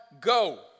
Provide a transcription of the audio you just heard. go